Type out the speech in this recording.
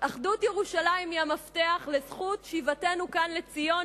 אחדות ירושלים היא המפתח לזכות שיבתנו לכאן לציון,